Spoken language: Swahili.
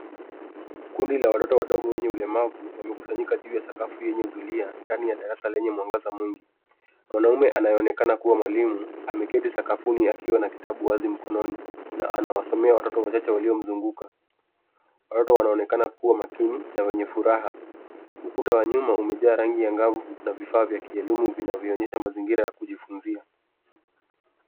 Kundi la watoto wadogo wenye ulemavu, wamekusanyika juu ya sakafu lenye zulia, ndani ya darasa lenye mwangaza mwingi. Mwanaume anayeonekana kua mwalimu, ameketi sakafuni akiwa na kitabu wazi mkononi, na anawasomea watoto wachache waliomzunguka. Watoto wanaonekana kua makini na wenye furaha. Ukuta wa nyuma umejaa rangi angavu , na vifaa vya kielimu vinavyoonyesha mazingira ya kujifunzia.